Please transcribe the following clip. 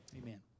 Amen